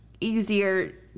easier